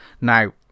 Now